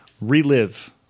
relive